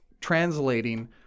translating